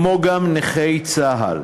נכי צה"ל,